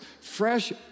fresh